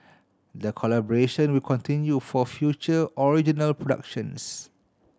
the collaboration will continue for future original productions